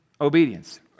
obedience